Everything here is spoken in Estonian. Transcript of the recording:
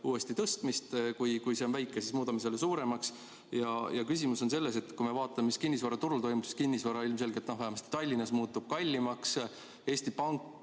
tõstmist? Kui see on väike, siis muudame selle suuremaks. Küsimus on selles, et kui me vaatame, mis kinnisvaraturul toimub, siis kinnisvara ilmselgelt, vähemasti Tallinnas, muutub kallimaks. Eesti Pank,